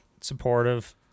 Supportive